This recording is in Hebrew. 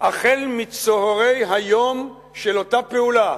החל מצהרי היום של אותה פעולה,